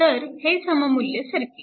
तर हे सममुल्य सर्किट